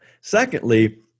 Secondly